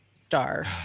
star